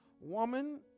woman